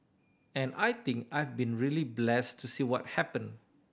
and I think I've been really blessed to see what happen